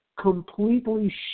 completely